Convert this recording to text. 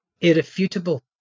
irrefutable